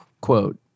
quote